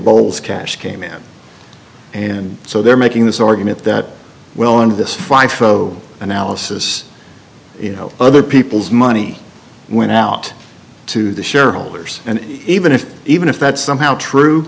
boles cash came in and so they're making this argument that well in this five zero analysis you know other people's money went out to the shareholders and even if even if that somehow true